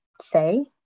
say